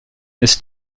ist